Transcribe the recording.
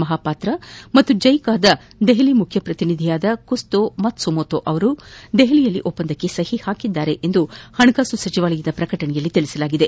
ಮಹಾಪಾತ್ರ ಮತ್ತು ಜೈಕಾದ ದೆಹಲಿ ಮುಖ್ಯಪ್ರತಿನಿಧಿ ಕುಸ್ತೋ ಮತ್ಸುಮೊಟೋ ಅವರು ನವದೆಹಲಿಯಲ್ಲಿ ಒಪ್ಪಂದಕ್ಕೆ ಸಹಿ ಹಾಕಿದರು ಎಂದು ಹಣಕಾಸು ಸಚಿವಾಲಯ ಪ್ರಕಟಣೆಯಲ್ಲಿ ತಿಳಿಸಿದೆ